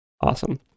awesome